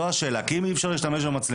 זו השאלה, כי אם אי אפשר להשתמש במצלמות,